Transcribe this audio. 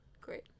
Great